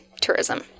tourism